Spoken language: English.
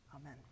Amen